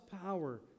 power